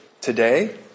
today